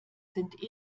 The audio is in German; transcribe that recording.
sind